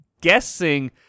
guessing